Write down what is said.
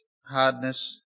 hardness